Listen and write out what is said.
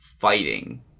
fighting